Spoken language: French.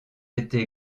été